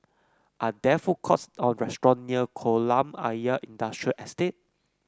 are there food courts or restaurants near Kolam Ayer Industrial Estate